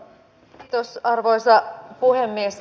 kiitos arvoisa puhemies